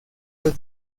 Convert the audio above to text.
los